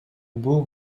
бул